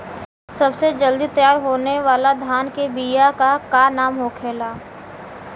सबसे जल्दी तैयार होने वाला धान के बिया का का नाम होखेला?